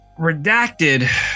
Redacted